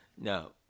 No